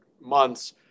months